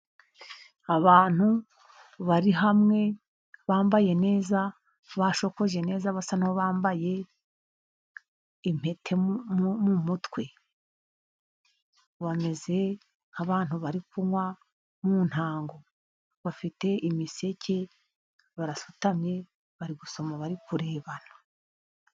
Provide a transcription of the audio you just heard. Abantu bari hamwe bambaye neza, bashokoje neza basa nk'abambaye impete mu mutwe, bameze nk'abantu bari kunywa mu ntango, bafite imiseke bara sutamye bari gusoma bari kurebana.